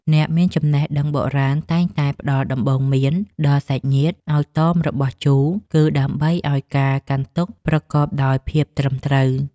អ្នកមានចំណេះដឹងបុរាណតែងតែផ្តល់ដំបូន្មានដល់សាច់ញាតិឱ្យតមរបស់ជូរ គឺដើម្បីឱ្យការកាន់ទុក្ខប្រកបដោយភាពត្រឹមត្រូវ។